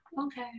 Okay